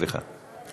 סליחה.